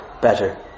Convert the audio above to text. better